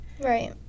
Right